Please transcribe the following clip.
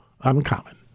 Uncommon